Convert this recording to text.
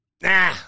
Nah